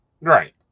Right